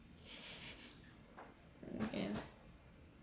yeah